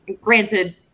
granted